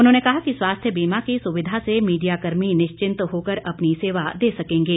उन्होंने कहा कि स्वास्थ्य बीमा की सुविधा से मीडिया कर्मी निश्चिंत होकर अपनी सेवा दे सकेंगे